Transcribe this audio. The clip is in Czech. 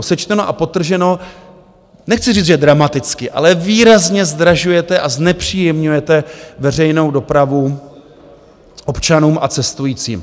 Sečteno a podtrženo, nechci říct, že dramaticky, ale výrazně zdražujete a znepříjemňujete veřejnou dopravu občanům a cestujícím.